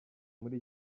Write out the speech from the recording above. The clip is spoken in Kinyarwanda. muri